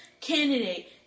candidate